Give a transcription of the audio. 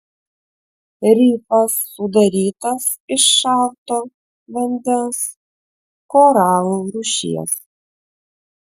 rifas sudarytas iš šalto vandens koralų rūšies